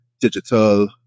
digital